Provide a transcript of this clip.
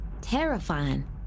terrifying